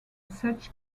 such